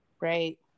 Right